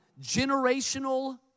generational